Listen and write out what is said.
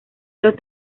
los